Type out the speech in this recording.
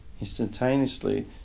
instantaneously